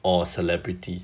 or celebrity